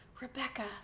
Rebecca